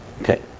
Okay